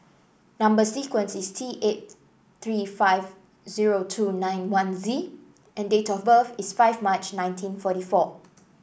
number sequence is T eight three five zero two nine one Z and date of birth is five March nineteen forty four